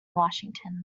washington